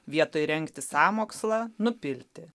vietoj rengti sąmokslą nupilti